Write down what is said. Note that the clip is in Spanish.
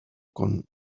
con